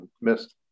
missed